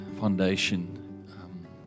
foundation